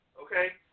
okay